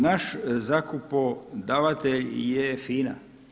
Naš zakupodavatelj je FINA.